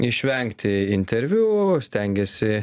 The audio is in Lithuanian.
išvengti interviu stengiasi